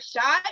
shot